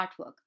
artwork